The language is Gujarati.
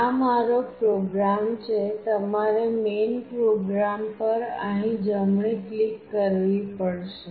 આ મારો પ્રોગ્રામ છે તમારે મેઇન પ્રોગ્રામ પર અહીં જમણી ક્લિક કરવી પડશે